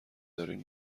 دارین